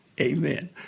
amen